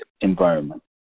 environment